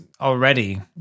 already